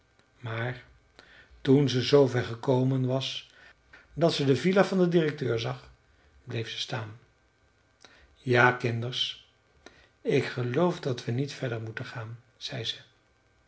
maar toen ze zoover gekomen was dat ze de villa van den directeur zag bleef ze staan ja kinders ik geloof dat we niet verder moeten gaan zei ze